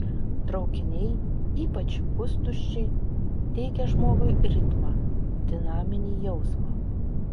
traukiniai ypač pustuščiai teikia žmogui ritmą dinaminį jausmą